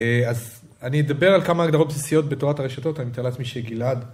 אז אני אדבר על כמה הגדרות בסיסיות בתורת הרשתות, אני מתאר לעצמי שגלעד...